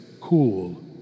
cool